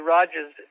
Rogers